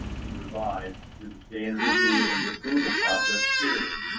be revised stay in review and approval process period.